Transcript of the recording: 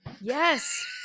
Yes